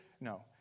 No